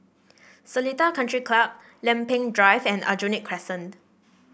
Seletar Country Club Lempeng Drive and Aljunied Crescent